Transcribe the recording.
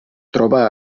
troba